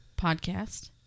podcast